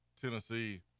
Tennessee